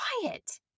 quiet